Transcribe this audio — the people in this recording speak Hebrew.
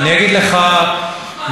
אני אגיד לך משהו.